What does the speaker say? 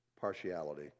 partiality